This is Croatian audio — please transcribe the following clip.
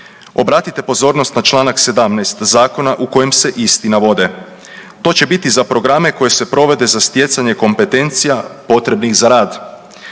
Obratite pozornost na čl. 17. zakona u kojem se isti navode, to će biti za programe koji se provode za stjecanje kompetencija potrebnih za rad,